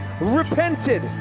repented